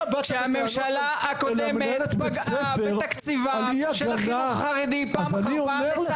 כשהממשלה הקודמת פגעה בתקציבה של החינוך החרדי פעם אחר פעם,